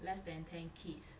less than ten kids